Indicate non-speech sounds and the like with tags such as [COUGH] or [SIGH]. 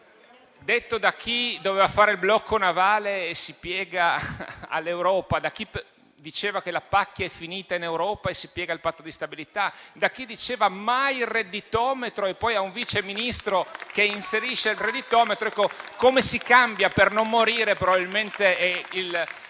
Detto da chi doveva fare blocco navale e si piega all'Europa; da chi diceva che la pacchia è finita in Europa e si piega al Patto di stabilità; da chi diceva "mai il redditometro" [APPLAUSE] e poi ha un Vice Ministro che inserisce il redditometro: ecco, «Come si cambia, per non morire» probabilmente è